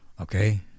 Okay